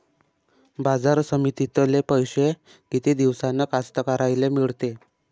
बाजार समितीतले पैशे किती दिवसानं कास्तकाराइले मिळते?